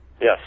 Yes